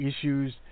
issues